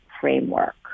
framework